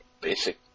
Basic